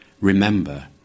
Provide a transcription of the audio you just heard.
remember